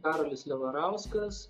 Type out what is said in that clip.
karolis levarauskas